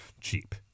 cheap